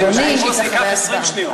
גברתי היושבת-ראש, זה ייקח 20 שניות.